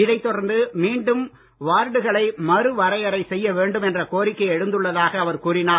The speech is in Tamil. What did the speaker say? இதைத் தொடர்ந்து மீண்டும் வார்டுகளை மறுவரையறை செய்யவேண்டும் என்ற கோரிக்கை எழுந்துள்ளதாக அவர் கூறினார்